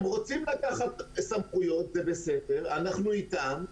הם רוצים לקחת סמכויות, זה בסדר, אנחנו איתם,